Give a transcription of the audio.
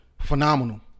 phenomenal